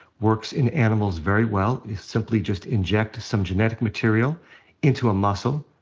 works in animals very well. you simply just inject some genetic material into a muscle.